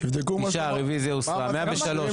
9 נמנעים, אין לא אושר.